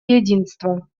единства